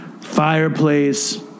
Fireplace